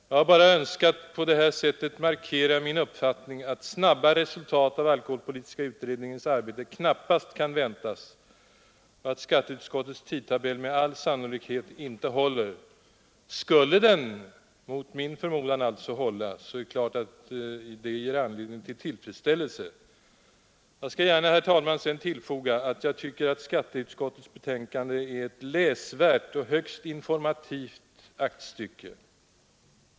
Jag har på detta sätt bara önskat markera min uppfattning att några snabba resultat av alkoholpolitiska utredningens arbete knappast kan väntas och att skatteutskottets tidtabell med all sannolikhet inte håller. Skulle den mot min förmodan hålla är det klart att det ger anledning till tillfredsställelse. Jag skall gärna tillfoga att jag tycker att skatteutskottets betänkande är ett läsvärt och högst informativt aktstycke.